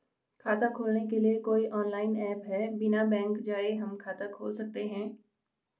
खाता खोलने के लिए कोई ऑनलाइन ऐप है बिना बैंक जाये हम खाता खोल सकते हैं?